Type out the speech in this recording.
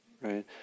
right